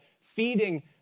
feeding